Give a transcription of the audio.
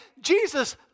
Jesus